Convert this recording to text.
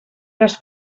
les